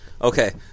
Okay